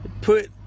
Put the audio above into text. Put